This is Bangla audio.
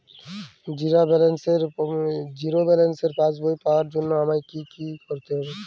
জিরো ব্যালেন্সের পাসবই পাওয়ার জন্য আমায় কী করতে হবে?